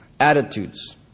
Attitudes